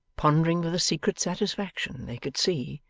pondering with a secret satisfaction, they could see,